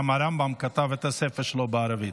גם הרמב"ם כתב את הספר שלו בערבית.